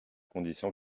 condition